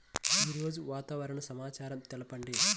ఈరోజు వాతావరణ సమాచారం తెలుపండి